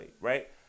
right